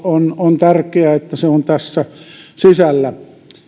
on on tärkeää että valinnanvapaus on tässä sisällä